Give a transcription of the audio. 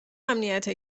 امنیت